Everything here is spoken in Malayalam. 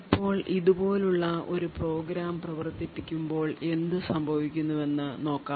ഇപ്പോൾ ഇതുപോലുള്ള ഒരു പ്രോഗ്രാം പ്രവർത്തിപ്പിക്കുമ്പോൾ എന്തുസംഭവിക്കുമെന്ന് നോക്കാം